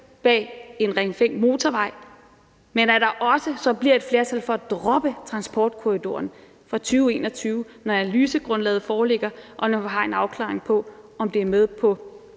bag en Ring 5-motorvej, men at der så selvfølgelig også bliver et flertal for at droppe transportkorridoren fra 2021, når analysegrundlaget foreligger, og når vi har en afklaring på, om det er med i